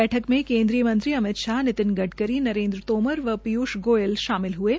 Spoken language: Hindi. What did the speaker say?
बैठक में केन्द्रीय मंत्री अमित शाह नितिन गडकरी नरेन्द्र तोमर व पीयूष गोयल शामिल हये